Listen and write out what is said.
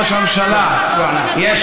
ראש הממשלה ענה לך: באופן עקרוני, כן.